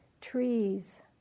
Trees